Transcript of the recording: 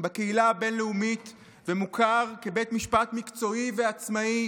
בקהילה הבין-לאומית ומוכר כבית משפט מקצועי ועצמאי,